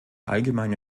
allgemeine